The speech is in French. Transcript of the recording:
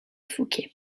fouquet